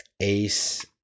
ace